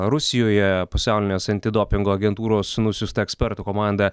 rusijoje pasaulinės antidopingo agentūros nusiųsta ekspertų komanda